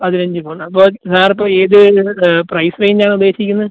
പതിനഞ്ച് ഫോണാ അപ്പോൾ സാർ ഇപ്പോൾ ഏത് പ്രൈസ് റേഞ്ച് ആണ് ഉദ്ദേശിക്കുന്നത്